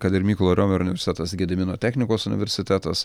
kad ir mykolo romerio universitetas gedimino technikos universitetas